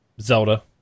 Zelda